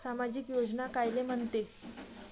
सामाजिक योजना कायले म्हंते?